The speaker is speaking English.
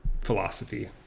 philosophy